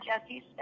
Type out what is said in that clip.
Jesse